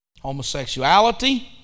Homosexuality